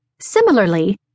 Similarly